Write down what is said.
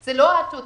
זה לא התוצר.